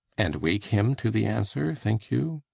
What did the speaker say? and wake him to the answer, think you?